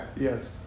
yes